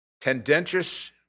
tendentious